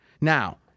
Now